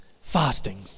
Fasting